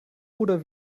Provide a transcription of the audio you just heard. oder